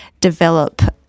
develop